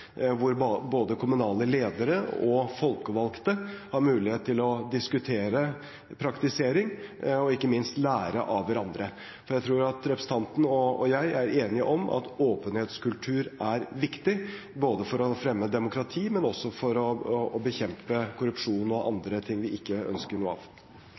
både kommunale ledere og folkevalgte har mulighet til å diskutere praktisering og ikke minst lære av hverandre. Jeg tror at representanten og jeg er enige om at åpenhetskultur er viktig både for å fremme demokrati og for å bekjempe korrupsjon og andre ting vi ikke ønsker noe av.